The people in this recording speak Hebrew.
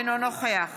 אינו נוכח